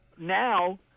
now